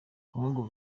kongo